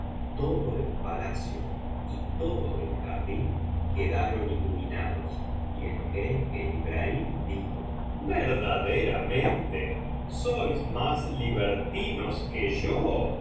todo el palacio y todo el jardín quedaron iluminados y el jeique ibrahim dijo verdaderamente sois más libertinos que yo